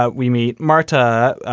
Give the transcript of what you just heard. ah we meet marta,